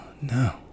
no